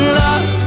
love